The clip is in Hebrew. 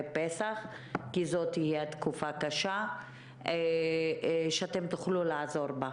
פסח כי זאת תהיה תקופה קשה שתוכלו לעזור בה.